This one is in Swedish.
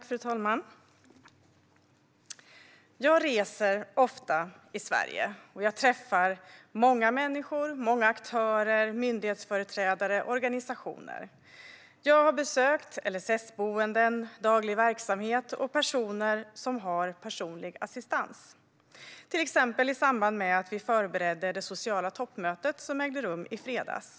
Fru talman! Jag reser ofta i Sverige och träffar många människor, många aktörer, myndighetsföreträdare och organisationer. Jag har besökt LSS-boenden, daglig verksamhet och personer som har personlig assistans, till exempel i samband med att vi förberedde det sociala toppmötet, som ägde rum i fredags.